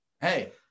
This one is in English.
Hey